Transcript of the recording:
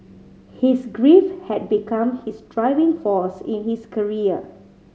his grief had become his driving force in his career